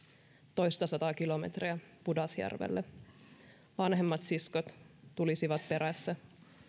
toistasataa kilometriä pudasjärvelle vanhemmat siskot tulisivat perässä